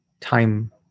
time